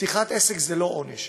פתיחת עסק זה לא עונש,